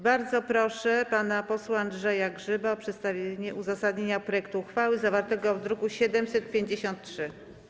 Bardzo proszę pana posła Andrzeja Grzyba o przedstawienie uzasadnienia projektu uchwały zawartego w druku nr 753.